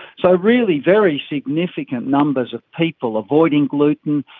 so really very significant numbers of people avoiding gluten,